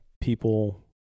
people